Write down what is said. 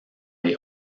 les